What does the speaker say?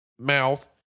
mouth